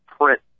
print